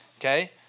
Okay